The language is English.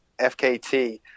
FKT